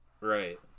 right